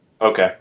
Okay